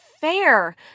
fair